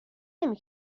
نمی